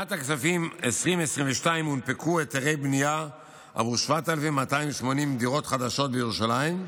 בשנת הכספים 2022 הונפקו היתרי בנייה עבור 7,280 דירות חדשות בירושלים,